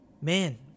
Man